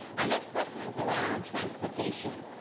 our next question is around transportation.